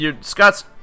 Scott's